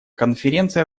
конференция